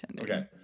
okay